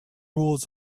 rolls